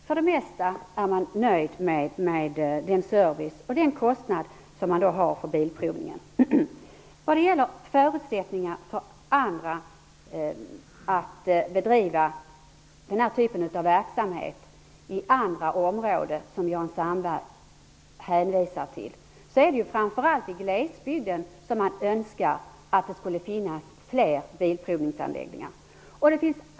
För det mesta är de nöjda med servicen och kostnaderna för bilprovningen. När det gäller förutsättningarna för andra företag att bedriva denna typ av verksamhet i andra områden som Jan Sandberg hänvisar till, vill jag framhålla att det är framför allt i glesbygden som man kunde önska att det funnes fler bilprovningsanläggningar.